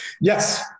Yes